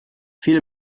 viele